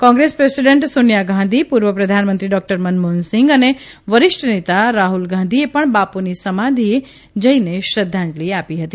Congress president Sonia Gandhi પુર્વ પ્રધાનમંત્રી doctor Manmohan Singh અને વરિષ્ઠ નેતા રાહ્રલ ગાંધીએ ણ બાપુની સમાધિએ જઇ શ્રધ્ધાંજલી આ ી હતી